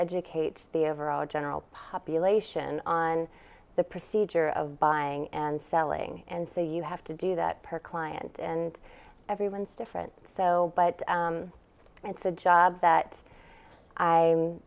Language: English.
educate the overall general population on the procedure of buying and selling and so you have to do that per client and everyone's different so but it's a job